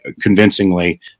convincingly